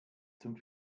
zum